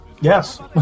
Yes